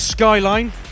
Skyline